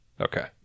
Okay